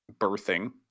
birthing